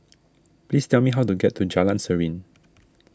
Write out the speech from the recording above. please tell me how to get to Jalan Serene